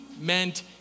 meant